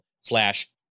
slash